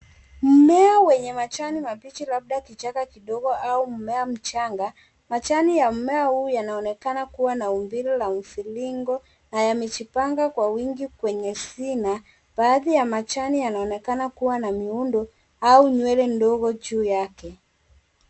Mmea wenye majani mabichi labda kichaka kidogo au mmea mchanga. Majani ya mmea huu yanaonekana kuwa na umbile la mviringo na yamejipanga kwa wingi kwenye shina. Baadhi ya majani yanaonekana kuwa na miundo au nywele ndogo juu yake.